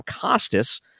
Costas